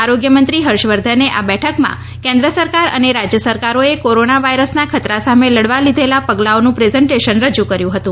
આરોગ્યમંત્રી હર્ષવર્ધને આ બેઠકમાં કેન્દ્ર સરકાર અને રાજ્ય સરકારોએ કોરોના વાયરસના ખતરા સામે લડવા લીધેલા પગલાંઓનું પ્રઝેન્ટેશન રજૂ કર્યું હતું